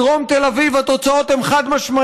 בדרום תל אביב התוצאות הן חד-משמעיות.